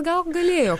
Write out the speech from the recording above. gal galėjo